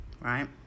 right